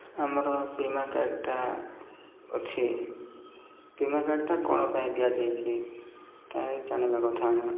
ଆମର ବୀମା କାର୍ଡ଼୍ଟା ଅଛି ବୀମା କାର୍ଡ଼୍ଟା କ'ଣ ପାଇଁ ଦିଆଯାଇଛି ତାହା ଜାଣିବା କଥା ଆମେ